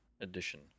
Edition